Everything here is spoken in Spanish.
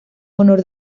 honor